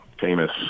famous